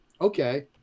Okay